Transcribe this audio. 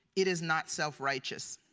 it is not self righteous.